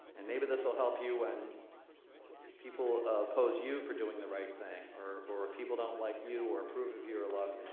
and maybe this will help you when people oppose you for doing the right thing, or or people don't like you or approve of you or love